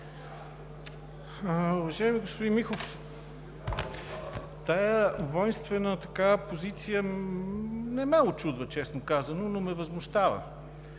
Уважаеми господин Михов, тази войнствена позиция не ме учудва, честно казано, но ме възмущава.